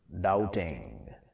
doubting